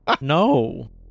No